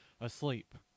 asleep